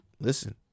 listen